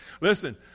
listen